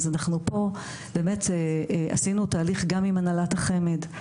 אז אנחנו פה באמת עשינו תהליך גם עם הנהלת החמ"ד,